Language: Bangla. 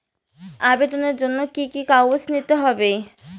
আবেদনের জন্য কি কি কাগজ নিতে হবে?